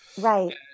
Right